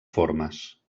formes